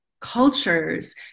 cultures